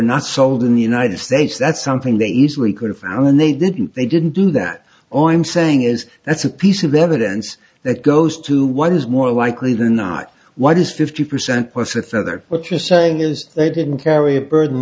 not sold in the united states that's something they easily could have found and they didn't they didn't do that on i'm saying is that's a piece of evidence that goes to what is more likely than not what is fifty percent percent that what you're saying is they didn't carry a burden